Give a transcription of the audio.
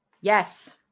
Yes